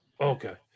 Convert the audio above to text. Okay